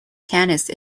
pianist